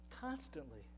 constantly